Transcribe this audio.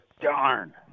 Darn